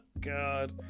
god